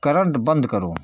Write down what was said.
current बंद करो